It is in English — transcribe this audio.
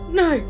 no